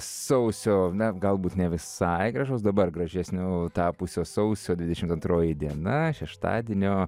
sausio na galbūt ne visai gražaus dabar gražesniu tapusio sausio dvidešimt antroji šeštadienio